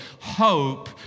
hope